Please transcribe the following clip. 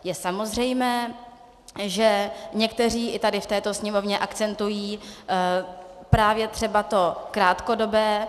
Je samozřejmé, že někteří i tady v této Sněmovně akcentují právě třeba to krátkodobé.